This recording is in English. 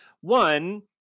one